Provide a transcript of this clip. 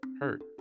hurt